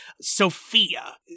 Sophia